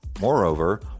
Moreover